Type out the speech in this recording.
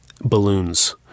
balloons